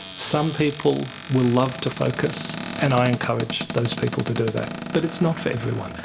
some people will love to focus and i encourage those people to do that. but it's not for everyone.